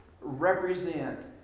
represent